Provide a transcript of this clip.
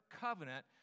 covenant